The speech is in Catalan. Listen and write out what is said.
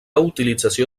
utilització